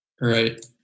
right